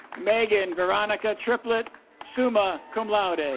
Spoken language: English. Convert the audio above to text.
megan veronica triplett summa cum laude